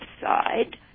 side